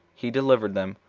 he delivered them